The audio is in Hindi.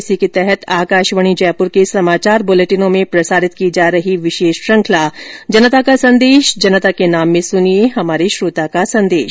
इसी के तहत आकाशवाणी जयपुर के समाचार बुलेटिनों में प्रसारित की जा रही विशेष श्रृखंला जनता का संदेश जनता के नाम में सुनिये हमारे श्रोता का संदेश